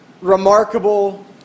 remarkable